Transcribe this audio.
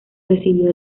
recibió